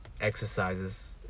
exercises